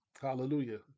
Hallelujah